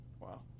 Wow